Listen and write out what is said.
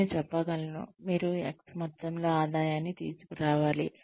నేను చెప్పగలను మీరు X మొత్తంలో ఆదాయాన్ని తీసుకురావాలి